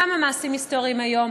כמה מעשים היסטוריים היום.